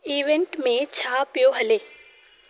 event में छा पियो हले